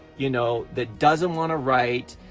you know, that doesn't want to write,